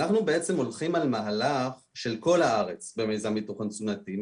אנחנו הולכים על מהלך של כל הארץ במיזם ביטחון תזונתי,